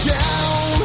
down